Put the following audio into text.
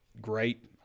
great